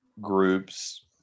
groups